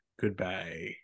Goodbye